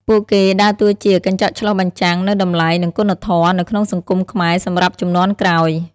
ពួកគេដើរតួជា កញ្ចក់ឆ្លុះបញ្ចាំង នូវតម្លៃ និងគុណធម៌នៅក្នុងសង្គមខ្មែរសម្រាប់ជំនាន់ក្រោយ។